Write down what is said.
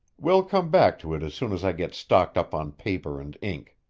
we'll come back to it as soon as i get stocked up on paper and ink.